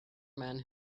men